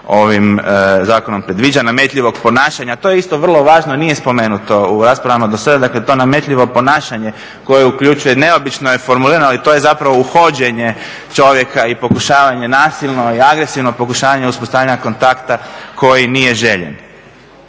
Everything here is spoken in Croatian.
ovim zakonom predviđa, nametljivog ponašanja, to je isto vrlo važno, a nije spomenuto do sada. Dakle to nametljivo ponašanje koje uključuje neobično je formulirano ali to je uhođenje čovjeka i pokušavanje nasilno i agresivno pokušavanje uspostavljanja kontakta koji nije željen.